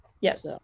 Yes